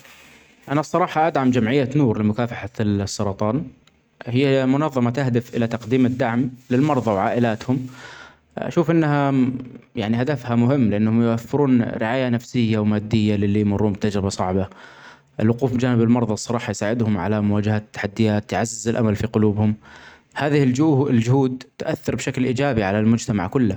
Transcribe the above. أنا الصراحة أدعم جمعية نور لمكافحة ال-السرطان هيا منظمة تهدف إلي تقديم الدعم للمرظي وعائلاتهم ، أشوف أنها يعني هدفها مهم لأنهم يوفرون رعاية نفسية ومادية للي يمرون بتجربة صعبة. الوقوف جانب المرظي الصراحة يساعدهم علي مواجهة التحديات يعزز الأمل في قلوبهم ، هذه الجه-الجهود تأثر بشكل إيجابي علي المجتمع كلة.